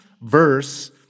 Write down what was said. verse